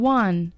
one